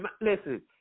listen